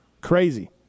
crazy